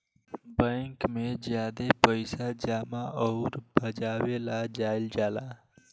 bank में ज्यादे पइसा जमा अउर भजावे ला जाईल जाला